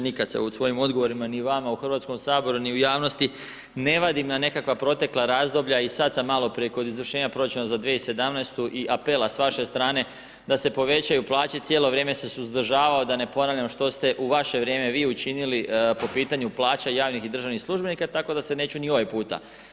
Nikad se u svojim odgovorima, ni vama u Hrvatskom saboru, ni u javnosti, ne vadim na nekakva protekla razdoblja i sad sam maloprije kod izvršenja proračuna za 2017., i apela s vaše strane da se povećaju plaće, cijelo vrijeme se suzdržavao da ne ponavljam što ste u vaše vrijeme, vi, učinili po pitanju plaća javnih i državnih službenika, tako da se neću ni ovaj puta.